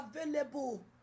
available